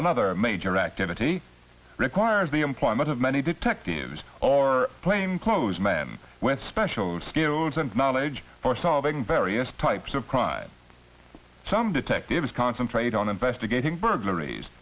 another major activity requires the employment of many detectives or plain clothes men with special skills and knowledge for solving various types of crime some detectives concentrate on investigating burglaries